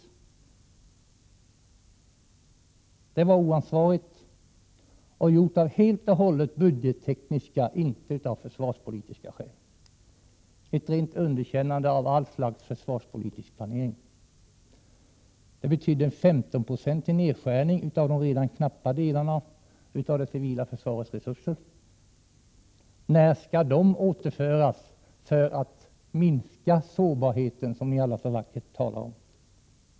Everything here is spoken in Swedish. Beslutet var oansvarigt och vilade helt och hållet på budgettekniska skäl, inte försvarspolitiska. Det var ett rent underkännande av allt slags försvarspolitisk planering. Det betyder en 15-procentig nedskärning av de redan knappa resurserna inom det civila försvaret. När skall resurserna återföras så att sårbarheten minskar, det som ni alla talar så vackert om?